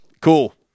cool